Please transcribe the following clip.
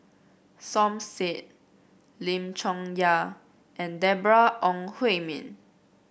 Som Said Lim Chong Yah and Deborah Ong Hui Min